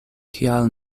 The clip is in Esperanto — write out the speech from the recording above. kial